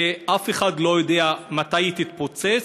שאף אחד לא יודע מתי היא תתפוצץ.